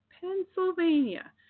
Pennsylvania